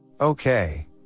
Okay